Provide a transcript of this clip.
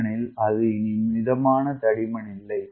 ஏனெனில் அது இனி மிதமான தடிமன் இல்லை